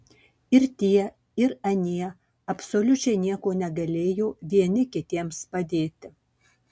ir tie ir anie absoliučiai nieko negalėjo vieni kitiems padėti